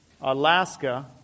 Alaska